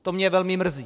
To mě velmi mrzí.